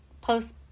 post